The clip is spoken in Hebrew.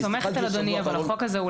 אני סומכת על אדוני אבל החוק הזה הוא